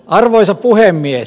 arvoisa puhemies